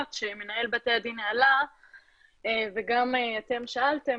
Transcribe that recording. שמנהל בתי הדין העלה וגם אתם שאלתם,